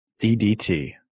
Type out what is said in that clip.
DDT